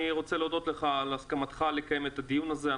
אני רוצה להודות לך על הסכמתך לקיים את הדיון הזה.